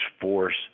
force